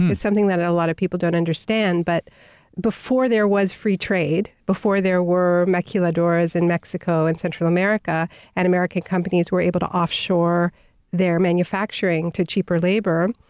it's something that a lot of people don't understand, but before there was free trade, before there were maquiladoras in mexico and central america and american companies were able to offshore their manufacturing to cheaper labor,